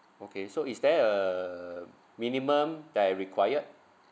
okay so is there a minimum that I required